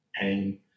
pain